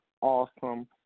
awesome